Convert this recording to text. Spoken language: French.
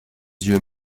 yeux